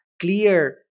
clear